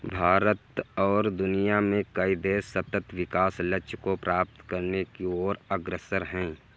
भारत और दुनिया में कई देश सतत् विकास लक्ष्य को प्राप्त करने की ओर अग्रसर है